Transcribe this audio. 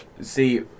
See